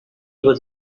was